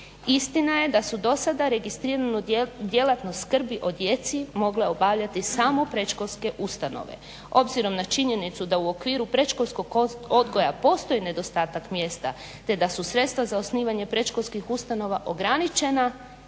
istina je da su do sada registrirano djelatnu skrbi o djeci mogle obavljati samo predškolske ustanove, obzirom na činjenicu da u okviru predškolskog odgoja postoji nedostatak mjesta te da su sredstva za osnivanje predškolskih ustanova ograničena,